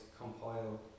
compile